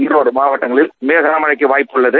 ஈரோடு மாவட்டங்களில் லேசான மழைக்கு வாய்ப்பு உள்ளது